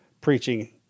preaching